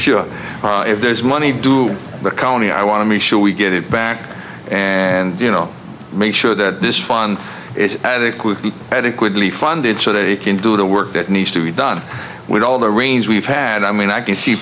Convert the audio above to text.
show if there's money to do the county i want to make sure we get it back and you know make sure that this fun at it could be adequately funded so that it can do the work that needs to be done with all the rains we've had i mean i can see